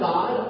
God